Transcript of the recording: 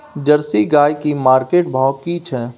Jersey गाय की market भाव की छै?